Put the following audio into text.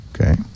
Okay